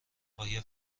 آیا